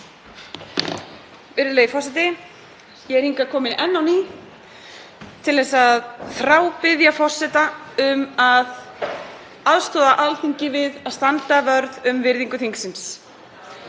forseta um að aðstoða Alþingi við að standa vörð um virðingu þingsins.